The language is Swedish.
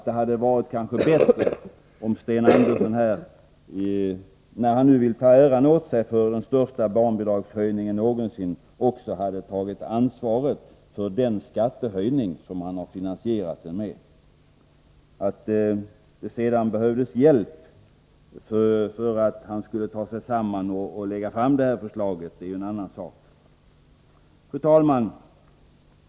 Det hade varit bättre om Sten Andersson, när han nu vill ta äran åt sig för den största barnbidragshöjningen någonsin, också hade tagit ansvar för den skattehöjning som han har finansierat denna höjning med. Att det sedan behövdes hjälp för att han skulle ta sig samman och framlägga förslaget är ju en annan sak. Fru talman!